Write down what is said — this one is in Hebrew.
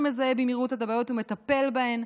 שמזהה במהירות את הבעיות ומטפל בהן,